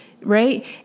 Right